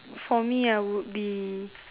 for me ah would be